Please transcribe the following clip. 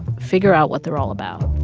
figure out what they're all about